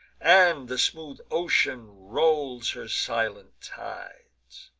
and the smooth ocean rolls her silent tides.